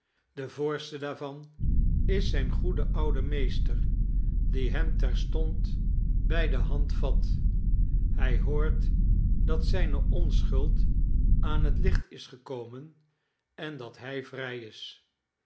de voorste daarvan is zijn goede oude meester die hem terstond bij de hand vat hij hoort dat zijne onschuld aan het licht is gekomeh en dat hij vrij is